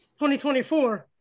2024